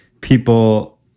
people